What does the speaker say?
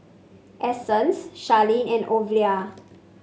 Essence Sharlene and Ovila